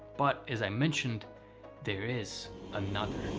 but as i mentioned there is another.